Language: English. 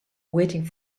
waiting